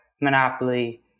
Monopoly